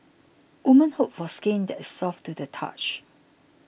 women hope for skin that is soft to the touch